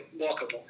Walkable